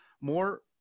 more